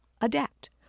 adapt